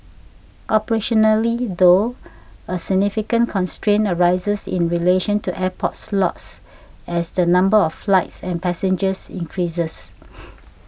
operationally though a significant constraint arises in relation to airport slots as the number of flights and passengers increases